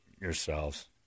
yourselves